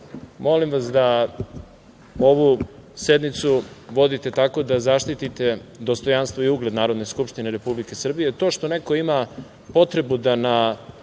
27.Molim vas da ovu sednicu vodite tako da zaštitite dostojanstvo i ugled Narodne skupštine Republike Srbije. To što neko ima potrebu da na